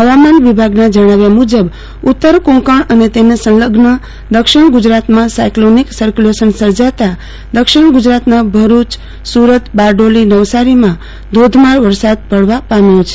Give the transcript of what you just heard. ફવામાન વિભાગના જણાવ્યા મુજબ ઉત્તર કોંકણ અને તેને સંલઝન દક્ષિણ ગુજરાતમાં સાયકલોનિક સરક્યુલેશન સર્જાતા દક્ષિણ ગુજરાતના ભરૂચસુરતબારડોલી નવસારીમાં ધોધમાર વરસાદ પડયો છે